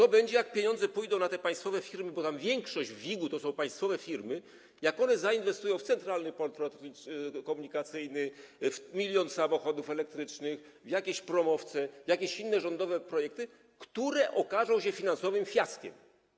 Co będzie, jak pieniądze pójdą na te państwowe firmy, bo większość WIG-u to są państwowe firmy, a one zainwestują w Centralny Port Komunikacyjny, w 1mln samochodów elektrycznych, w jakieś promowce, jakieś inne rządowe projekty, które okażą się finansowym fiaskiem?